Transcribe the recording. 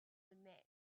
admit